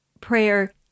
prayer